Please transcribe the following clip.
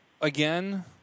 again